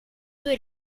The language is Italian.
due